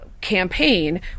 campaign